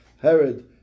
Herod